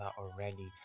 already